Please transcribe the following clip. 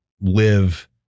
live